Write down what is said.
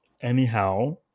Anyhow